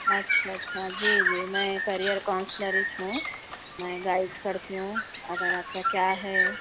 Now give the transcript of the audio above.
اچھا چھا جی جی میں کیریئر کونسلر اچ ہوں میں گائڈ کرتی ہوں اگر آپ کا کیا ہے